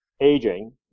aging